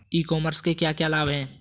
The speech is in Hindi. ई कॉमर्स के क्या क्या लाभ हैं?